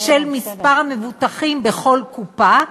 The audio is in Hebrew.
של מספר המבוטחים בכל קופה,